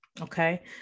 Okay